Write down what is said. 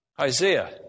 Isaiah